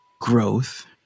growth